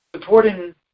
supporting